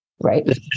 Right